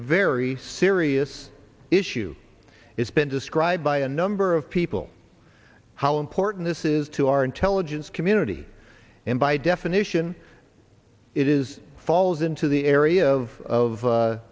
very serious issue it's been described by a number of people how important this is to our intelligence community and by definition it is falls into the area of